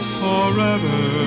forever